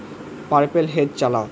purple hedge চালাও